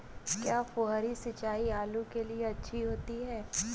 क्या फुहारी सिंचाई आलू के लिए अच्छी होती है?